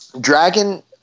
Dragon –